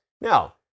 Now